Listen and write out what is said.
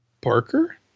Parker